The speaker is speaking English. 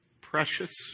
precious